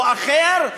או אחר,